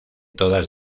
todas